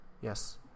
Yes